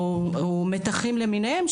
או מתחים למיניהם,